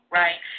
right